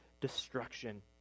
destruction